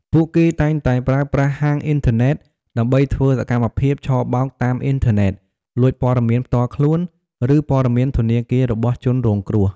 ពួកគេតែងតែប្រើប្រាស់ហាងអ៊ីនធឺណិត ដើម្បីធ្វើសកម្មភាពឆបោកតាមអ៊ីនធឺណិត លួចព័ត៌មានផ្ទាល់ខ្លួន ឬព័ត៌មានធនាគាររបស់ជនរងគ្រោះ។